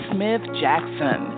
Smith-Jackson